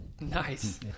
Nice